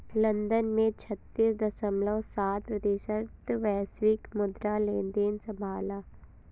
London ने छत्तीस दश्मलव सात प्रतिशत वैश्विक मुद्रा लेनदेन संभाला